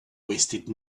wasted